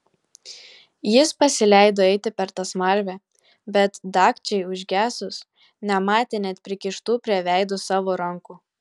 jis pasileido eiti per tą smarvę bet dagčiai užgesus nematė net prikištų prie veido savo rankų